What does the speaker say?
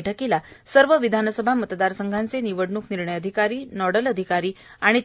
बैठकीला सर्व विधानसभा मतदारसंघाचे निवडणूक निर्णय अधिकारी नोडल अधिकारी